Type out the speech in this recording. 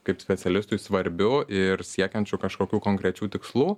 kaip specialistui svarbiu ir siekiančiu kažkokių konkrečių tikslų